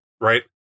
right